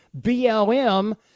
blm